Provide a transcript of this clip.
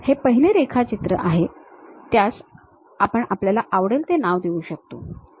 हे पहिले रेखाचित्र आहे त्यास आपण आपल्याला आवडेल ते नाव देऊ शकतो